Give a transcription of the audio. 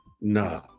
No